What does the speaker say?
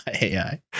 AI